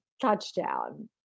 touchdown